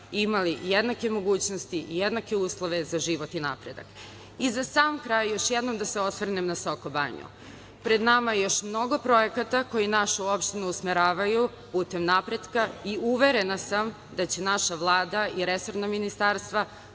imali jednake mogućnosti, jednake uslove za život i napredak. Za sam kraj još jednom da se osvrnem na Sokobanju. Pred nama je još mnogo projekata koji našu opštinu usmeravaju putem napretka i uverena sam da će naša Vlada i resorna ministarstva